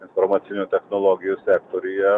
informacinių technologijų sektoriuje